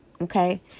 Okay